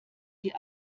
die